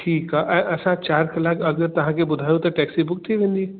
ठीकु आहे ऐं असां चारि कलाक अॻु तव्हांखे ॿुधायो त टैक्सी बुक थी वेंदी